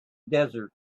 desert